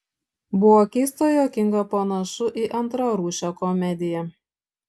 buvo keista juokinga panašu į antrarūšę komediją